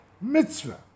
mitzvah